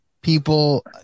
people